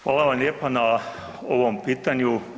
Hvala vam lijepa na ovom pitanju.